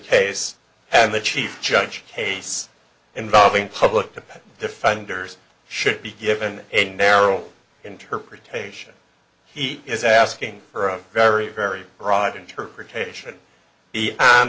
case and the chief judge case involving public to pay defenders should be given a narrow interpretation he is asking for a very very broad interpretation o